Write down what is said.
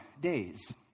days